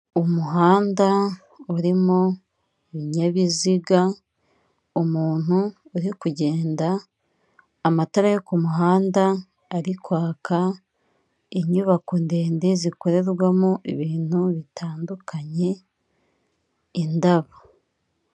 Umuhanda urimo ibinyabiziga, umuntu uri kugenda, amatara yo ku muhanda ari kwaka, inyubako ndende zikorerwamo ibintu bitandukanye, indabo.